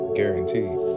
guaranteed